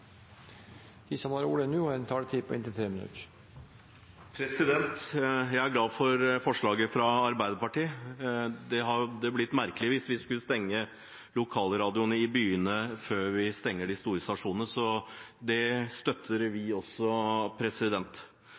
som heretter får ordet, har en taletid på inntil 3 minutter. Jeg er glad for forslaget fra Arbeiderpartiet. Det hadde blitt merkelig hvis vi skulle stenge lokalradioene i byene før vi stenger de store stasjonene, så det støtter vi også.